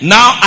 Now